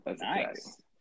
Nice